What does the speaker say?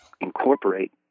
incorporate